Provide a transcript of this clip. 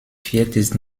viertes